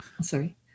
Sorry